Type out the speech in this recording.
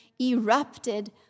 erupted